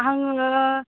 आङो